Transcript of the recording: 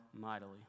mightily